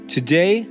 Today